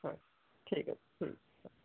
হ্যাঁ ঠিক আছে হুম হ্যাঁ